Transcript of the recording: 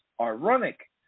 ironic